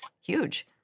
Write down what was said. huge